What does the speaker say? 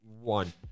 one